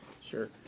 Sure